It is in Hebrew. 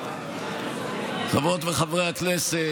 חברות וחברי הכנסת,